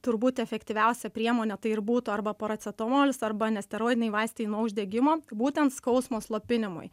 turbūt efektyviausia priemonė tai ir būtų arba paracetamolis arba nesteroidiniai vaistai nuo uždegimo būtent skausmo slopinimui